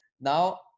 Now